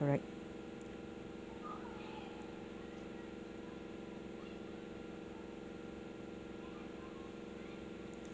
correct